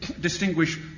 distinguish